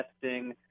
testing